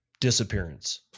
disappearance